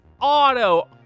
auto